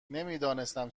نمیدانستم